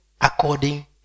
according